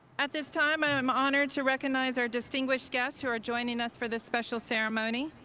at this time, i'm honored to recognize our distinguished guests who are joining us for this special ceremony.